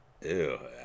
ew